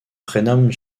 prénomme